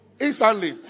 Instantly